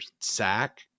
sack